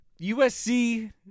USC